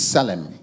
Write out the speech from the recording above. Salem